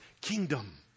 kingdom